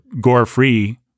gore-free